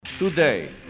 Today